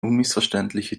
unmissverständliche